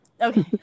okay